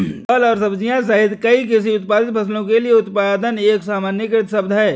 फल और सब्जियां सहित कई कृषि उत्पादित फसलों के लिए उत्पादन एक सामान्यीकृत शब्द है